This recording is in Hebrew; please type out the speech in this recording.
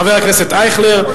חבר הכנסת אייכלר,